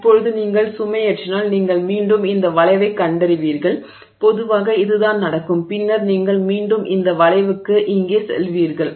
இப்போது நீங்கள் சுமையேற்றினால் நீங்கள் மீண்டும் இந்த வளைவைக் கண்டறிவீர்கள் பொதுவாக இதுதான் நடக்கும் பின்னர் நீங்கள் மீண்டும் இந்த வளைவுக்கு இங்கே செல்வீர்கள்